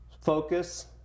focus